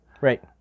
Right